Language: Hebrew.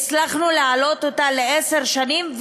הצלחנו להעלות אותה לעשר שנים.